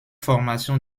formation